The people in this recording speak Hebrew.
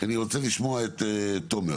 אני רוצה לשמוע את רותם.